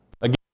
Again